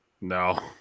No